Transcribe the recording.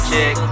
Chick